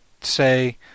say